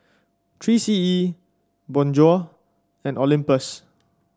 Three C E Bonjour and Olympus